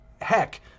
heck